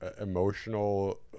emotional